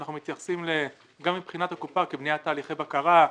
אנחנו מתייחסים גם מבחינת הקופה כבניית תהליכי בקרה,